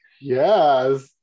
Yes